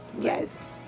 yes